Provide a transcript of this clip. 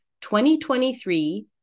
2023